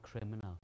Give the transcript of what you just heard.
criminal